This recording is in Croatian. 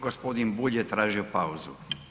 Gospodin Bulj je tražio pauzu.